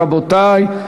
רבותי.